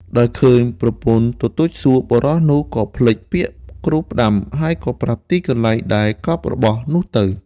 ដោយឃើញប្រពន្ធទទូចសួរ បុរសនោះក៏ភ្លេចពាក្យគ្រូផ្ដាំ ហើយក៏ប្រាប់ទីកន្លែងដែលកប់របស់នោះទៅ។